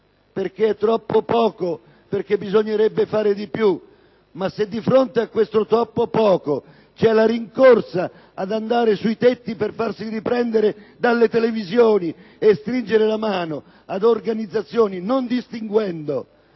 perche´ e troppo poco, perche´ bisognerebbe fare di piu. Ma di fronte a questo troppo poco c’e la rincorsa ad andare sui tetti per farsi riprendere dalle televisioni e stringere la mano a certe organizzazioni, non distinguendo